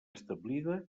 establida